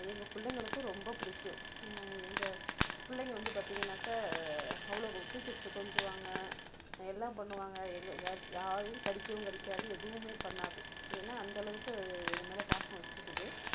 எங்கள் பிள்ளைங்களுக்கும் ரொம்ப பிடிக்கும் எங்கள் பிள்ளைங்க வந்து பார்த்திங்கன்னாக்க அவ்வளோ தூக்கி வச்சிட்டு கொஞ்சுவாங்கள் எல்லாம் பண்ணுவாங்கள் எங்கள் யா யாரையும் கடிக்கவும் கடிக்காது எதுவுமே பண்ணாது ஏன்னா அந்த அளவுக்கு அது எங்கள் மேலே பாசம் வச்சிருக்குது